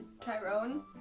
Tyrone